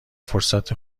فرصت